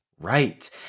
Right